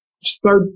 Start